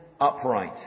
upright